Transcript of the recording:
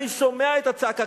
אני שומע את הצעקה.